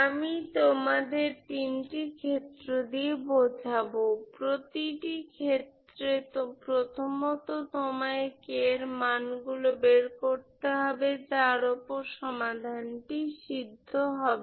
আমি তোমাদের তিনটি ক্ষেত্র দিয়ে বোঝাবো প্রতিটি ক্ষেত্রে প্রথমত তোমায় k এর মান গুলো বের করতে হবে যার উপর সমাধানটি সিদ্ধ হবে